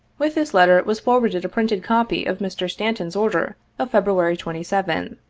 with this letter was forwarded a printed copy of mr. stanton's order of february twenty seventh.